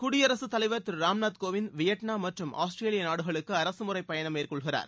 குடியரசு தலைவர் திரு ராம்நாத் கோவிந்த் வியட்நாம் மற்றும் ஆஸ்திரேலிய நாடுகளுக்கு அரசு முறை பயணம் மேற்கொள்கிறார்